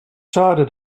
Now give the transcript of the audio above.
schade